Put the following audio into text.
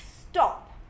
stop